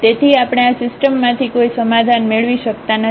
તેથી આપણે આ સિસ્ટમમાંથી કોઈ સમાધાન મેળવી શકતા નથી